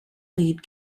lead